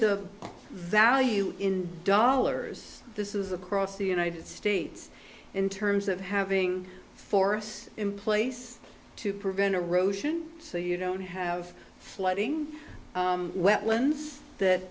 the value in dollars this is across the united states in terms of having forests in place to prevent erosion so you don't have flooding wetlands that